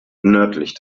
nördlich